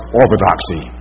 orthodoxy